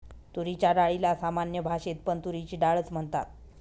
तुरीच्या डाळीला सामान्य भाषेत पण तुरीची डाळ च म्हणतात